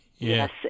Yes